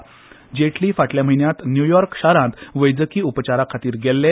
श्री जेटली फाटल्या म्हयन्यांत न्युयॉर्क शारांत वैजकी उपचारा खातीर गेल्ले